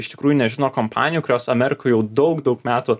iš tikrųjų nežino kompanijų kurios amerikoj jau daug daug metų